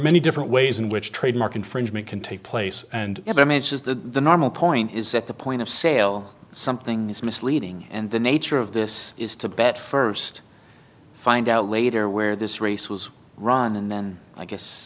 many different ways in which trademark infringement can take place and it's i mean it's just the normal point is that the point of sale something is misleading and the nature of this is to bet first find out later where this race was run and then i guess